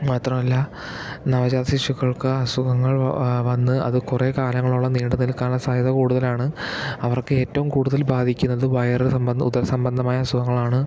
മാത്രമല്ല നവജാത ശിശുക്കൾക്ക് അസുഖങ്ങൾ വന്ന് അത് കുറെ കാലങ്ങളോളം നീണ്ടു നിൽക്കാനുള്ള സാധ്യത കൂടുതലാണ് അവർക്ക് ഏറ്റവും കൂടുതൽ ബാധിക്കുന്നത് വയറ് സംബന്ധമായ ഉദര സംബന്ധമായ അസുഖകളാണ്